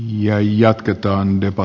jäi jatketaan jopa